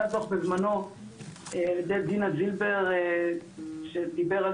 יצא דו"ח בזמנו על ידי דינה זילבר שדיבר על